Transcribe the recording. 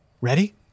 Ready